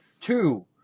Two